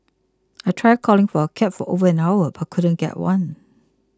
I tried calling for a cab for over an hour but couldn't get one